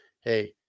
hey